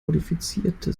modifizierte